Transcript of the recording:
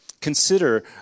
Consider